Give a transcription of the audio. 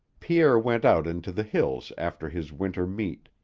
pierre went out into the hills after his winter meat.